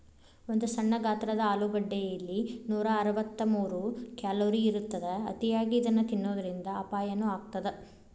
ಒಂದು ಸಣ್ಣ ಗಾತ್ರದ ಆಲೂಗಡ್ಡೆಯಲ್ಲಿ ನೂರಅರವತ್ತಮೂರು ಕ್ಯಾಲೋರಿ ಇರತ್ತದ, ಅತಿಯಾಗಿ ಇದನ್ನ ತಿನ್ನೋದರಿಂದ ಅಪಾಯನು ಆಗತ್ತದ